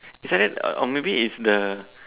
is either or maybe it's the